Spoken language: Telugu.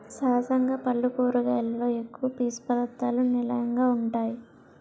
సహజంగా పల్లు కూరగాయలలో ఎక్కువ పీసు పధార్ధాలకు నిలయంగా వుంటాయి